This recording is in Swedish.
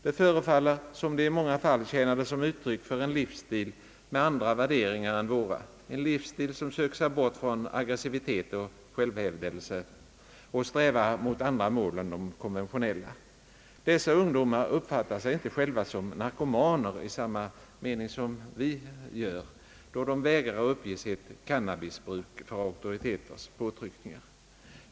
Det förefaller som: om det i många fall tjänade som ett uttryck för en livsstil med andra värderingar än våra, en livsstil som söker sig bort från aggressivitet och självhävdelse och strävar mot andra mål än de konventionella. Dessa ungdomar uppfattar sig inte själva som narkomaner i vår mening, då de vägrar att uppge sitt cannabisbruk för auktoriteters påtryckningar.